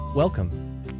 Welcome